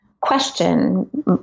question